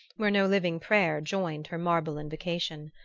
where no living prayer joined her marble invocation.